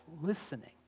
listening